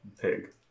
pig